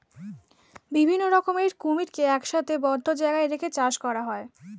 বিভিন্ন রকমের কুমিরকে একসাথে বদ্ধ জায়গায় রেখে চাষ করা হয়